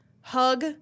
Hug